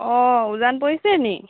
অঁ উজান পৰিছে নি